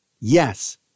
Yes